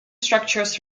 structures